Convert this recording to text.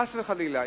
חס וחלילה,